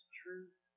truth